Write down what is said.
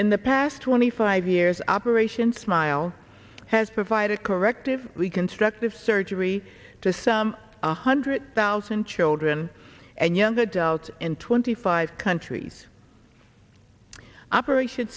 in the past twenty five years operation smile has provided corrective reconstructive surgery to some one hundred thousand children and young adults in twenty five countries operation